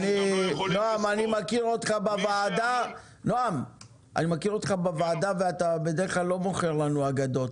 אני מכיר אותך בוועדה ואתה בדרך כלל לא מוכר לנו אגדות.